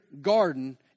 garden